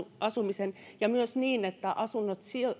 asumisen ja myös siitä että asunnot